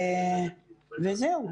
וזהו.